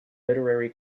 literary